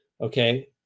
Okay